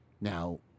now